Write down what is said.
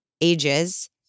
ages